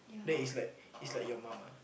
that is like is like your mum ah